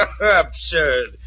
Absurd